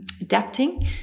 Adapting